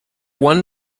one